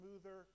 smoother